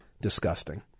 Disgusting